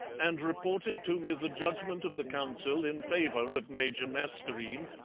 and reported to me the judgment of the council in favour of major mascarene,